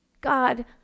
God